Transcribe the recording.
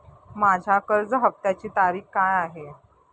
माझ्या कर्ज हफ्त्याची तारीख काय आहे?